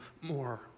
more